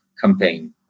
campaign